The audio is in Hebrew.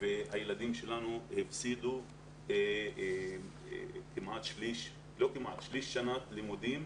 והילדים שלנו הפסידו שליש של שנת לימודים.